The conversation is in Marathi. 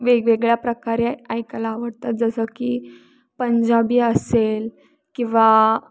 वेगवेगळ्या प्रकारे ऐकायला आवडतात जसं की पंजाबी असेल किंवा